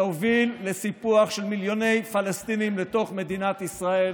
תוביל לסיפוח של מיליוני פלסטינים למדינת ישראל?